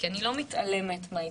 כי אני לא מתעלמת מההתנגדויות,